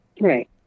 Right